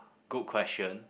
good question